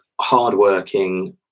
hardworking